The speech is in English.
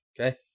Okay